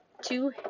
two